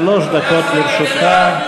שלוש דקות לרשותך.